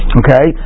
okay